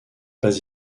pas